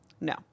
No